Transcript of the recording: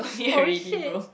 oh shit